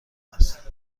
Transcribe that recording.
است